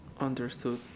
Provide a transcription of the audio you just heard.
Understood